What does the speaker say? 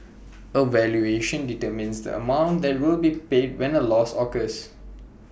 A valuation determines the amount that will be paid when A loss occurs